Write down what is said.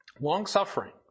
Long-suffering